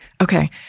Okay